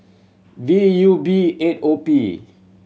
V U B eight O P